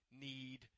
need